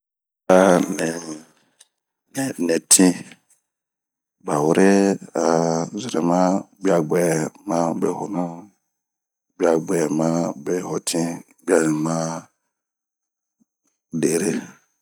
ba'aa nitin bawure a zerema gwuagwɛ mabehonu gwagwɛ mabehotin gwaɲumma de'ere,